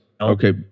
Okay